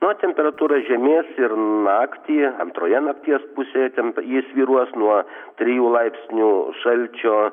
na temperatūra žemės ir naktį antroje nakties pusėje temp jis svyruos nuo trijų laipsnių šalčio